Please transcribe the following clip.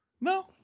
No